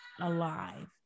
alive